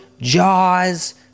Jaws